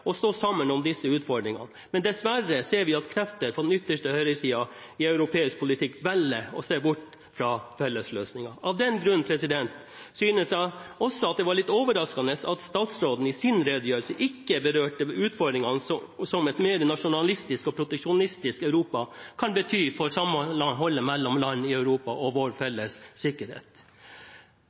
å stå sammen om disse utfordringene, men dessverre ser vi at krefter på den ytterste høyresiden i europeisk politikk velger å se bort fra fellesløsninger. Av den grunn synes jeg det var litt overraskende at statsråden i sin redegjørelse ikke berørte de utfordringene som et mer nasjonalistisk og proteksjonistisk Europa kan bety for samholdet mellom land i Europa og vår felles sikkerhet.